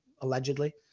Allegedly